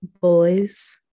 boys